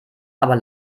aber